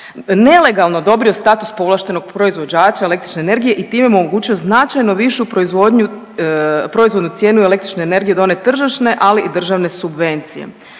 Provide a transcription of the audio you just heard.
nelegalno odobrio status povlaštenog proizvođača električne energije i time omogućio značajno višu proizvodnu cijenu električne energije od one tržišne, ali i državne subvencije.